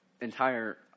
entire